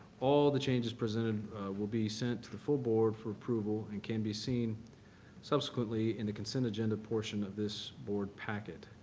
all the changes presented will be sent to the full board for approval and can be seen subsequently in the consent agenda portion of this board packet.